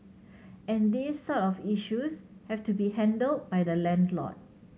and these sort of issues have to be handled by the landlord